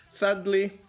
Sadly